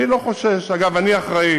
אני לא חושש, אגב, אני אחראי,